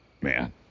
man